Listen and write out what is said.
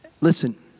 Listen